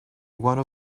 one